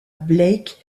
blake